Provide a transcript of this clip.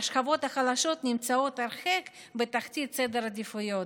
השכבות החלשות נמצאות הרחק בתחתית סדר העדיפויות.